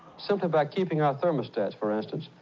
simply by keeping our thermostats, for instance,